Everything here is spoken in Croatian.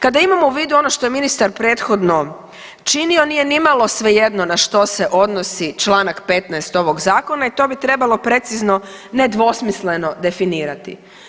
Kada imamo u vidu ono što je ministar prethodno činio nije nimalo svejedno na što se odnosi Članak 15. ovog zakona i to bi trebalo precizno nedvosmisleno definirati.